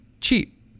cheap